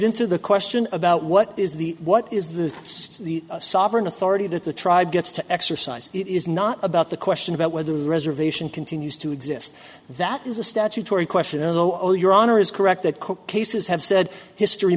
into the question about what is the what is the sovereign authority that the tribe gets to exercise it is not about the question about whether the reservation continues to exist that is a statutory question though all your honor is correct that cook cases have said history